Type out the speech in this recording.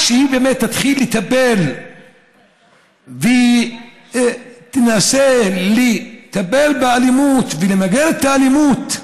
שהיא באמת תתחיל לטפל והיא תנסה לטפל באלימות ולמגר את האלימות.